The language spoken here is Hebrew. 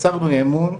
יצרנו אמון,